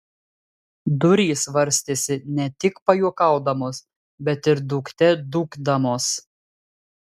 durys varstėsi ne tik pajuokaudamos bet ir dūkte dūkdamos